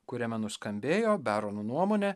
kuriame nuskambėjo berono nuomone